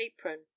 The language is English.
apron